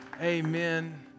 Amen